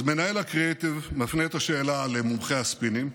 אז מנהל הקריאייטיב מפנה את השאלה למומחה הספינים,